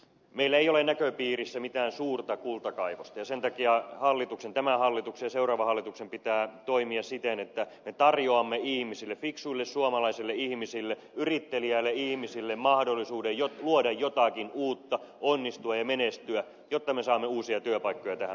meillä ei ole näköpiirissä mitään suurta kultakaivosta ja sen takia tämän hallituksen ja seuraavan hallituksen pitää toimia siten että me tarjoamme ihmisille fiksuille suomalaisille ihmisille yritteliäille ihmisille mahdollisuuden luoda jotakin uutta onnistua ja menestyä jotta me saamme uusia työpaikkoja tähän maahan